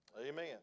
Amen